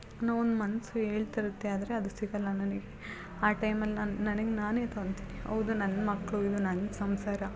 ಅನ್ನೋ ಒಂದು ಮನಸ್ಸು ಹೇಳ್ತಿರುತ್ತೆ ಆದರೆ ಅದು ಸಿಗಲ್ಲ ನನಗೆ ಆ ಟೈಮಲ್ಲಿ ನಾನು ನನಗೆ ನಾನೇ ತೊಂತೀನಿ ಹೌದು ನನ್ನ ಮಕ್ಕಳು ಇದು ನನ್ನ ಸಂಸಾರ